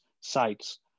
sites